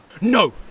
No